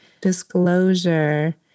disclosure